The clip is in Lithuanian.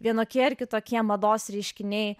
vienokie ar kitokie mados reiškiniai